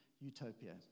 utopia